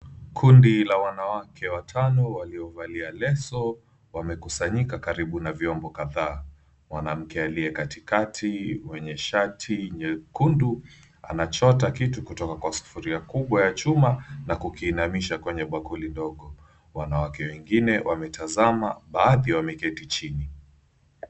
Kundi la wanawake watano waliovalia leso wamekusanyika karibu na vyombo kadhaa. Mwanamke aliye katikati mwenye shati nyekundu, anachota kitu kutoka kwa sufuria kubwa ya chuma na kukiinamisha kwenye bakuli ndogo. Wanawake wengine wametazama, baadhi wameketi chini.